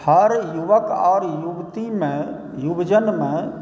हर युवक आओर युवतीमे हर जनमे